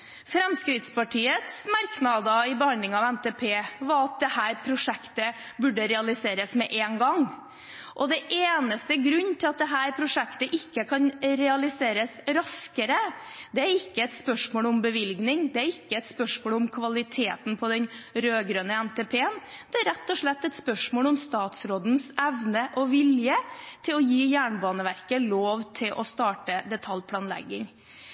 Fremskrittspartiets merknader i behandlingen av NTP var at dette prosjektet burde realiseres med en gang. Grunnen til at dette prosjektet ikke kan realiseres raskere, er ikke et spørsmål om bevilgning. Det er ikke et spørsmål om kvaliteten på den rød-grønne NTP-en. Det er rett og slett et spørsmål om statsrådens evne og vilje til å gi Jernbaneverket lov til å starte detaljplanlegging.